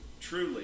truly